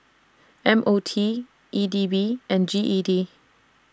M O T E D B and G E D